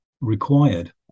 required